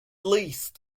least